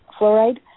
Fluoride